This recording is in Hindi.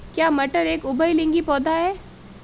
क्या मटर एक उभयलिंगी पौधा है?